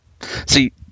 See